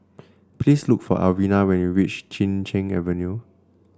please look for Alvina when you reach Chin Cheng Avenue